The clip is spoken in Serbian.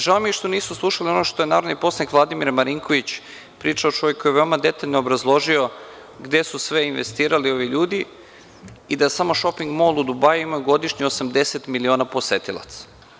Žao mi je što nisu slušali ono što je narodni poslanik Vladimir Marinković pričao, čovek koji je veoma detaljno obrazložio gde su sve investirali ovi ljudi, i da samo šoping-mol u Dubajiu ima godišnje 80 miliona posetilaca.